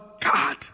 God